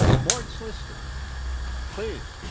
mort's listed please.